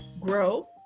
grow